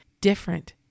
different